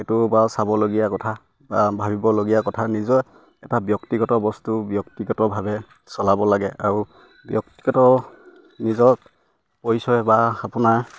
সেইটো বা চাবলগীয়া কথা বা ভাবিবলগীয়া কথা নিজৰ এটা ব্যক্তিগত বস্তু ব্যক্তিগতভাৱে চলাব লাগে আৰু ব্যক্তিগত নিজক পৰিচয় বা আপোনাৰ